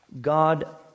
God